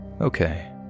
okay